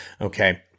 okay